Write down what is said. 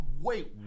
wait